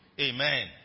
Amen